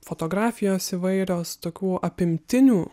fotografijos įvairios tokių apimtinių